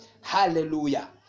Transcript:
Hallelujah